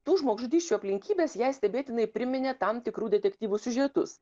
tų žmogžudysčių aplinkybės jai stebėtinai priminė tam tikrų detektyvų siužetus